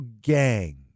gang